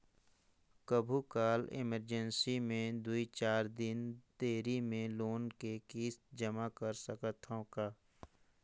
कभू काल इमरजेंसी मे दुई चार दिन देरी मे लोन के किस्त जमा कर सकत हवं का?